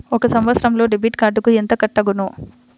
ఒక సంవత్సరంలో డెబిట్ కార్డుకు ఎంత కట్ అగును?